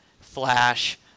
Flash